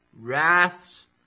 wraths